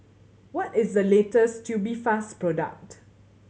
what is the latest Tubifast product